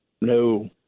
No